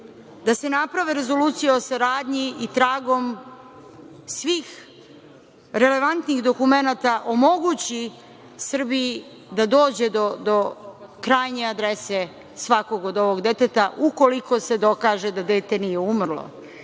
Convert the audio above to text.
da se napravi rezolucija o saradnji i tragom svih relevantnih dokumenata omogući Srbiji da dođe do krajnje adrese svakog od ovog deteta, ukoliko se dokaže da dete nije umrlo,